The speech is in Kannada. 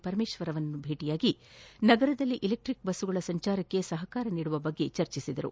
ಪರಮೇಶ್ವರ್ ಅವರನ್ನು ಭೇಟ ಮಾಡಿ ನಗರದಲ್ಲಿ ಎಲೆಕ್ಟಿಕ್ ಬಸ್ಗಳ ಸಂಚಾರಕ್ಕೆ ಸಹಕಾರ ನೀಡುವ ಕುರಿತು ಚರ್ಚಿಸಿದರು